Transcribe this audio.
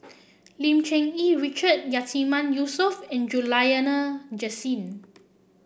Lim Cherng Yih Richard Yatiman Yusof and Juliana Jasin